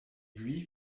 buis